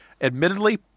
admittedly